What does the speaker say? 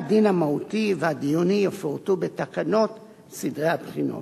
נושאי הדין המהותי והדיוני יפורטו בתקנות סדרי הבחינות.